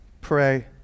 pray